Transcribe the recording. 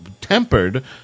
tempered